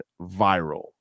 viral